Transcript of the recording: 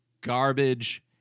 garbage